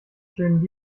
schönen